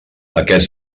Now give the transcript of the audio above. aquests